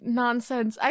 nonsense